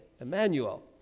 Emmanuel